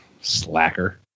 Slacker